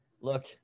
look –